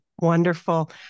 Wonderful